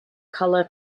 colour